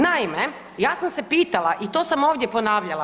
Naime, ja sam se pitala i to sam ovdje ponavljala.